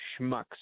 schmucks